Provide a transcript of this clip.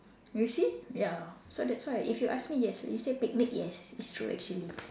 you see ya so that's why if you ask me yes like you say picnic yes it's true actually